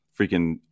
freaking